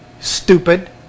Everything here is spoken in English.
stupid